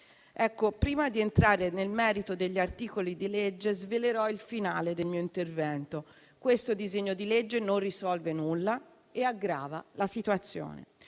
Ecco, prima di entrare nel merito degli articoli di legge, svelerò il finale del mio intervento. Questo provvedimento non risolve nulla e aggrava la situazione: